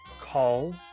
call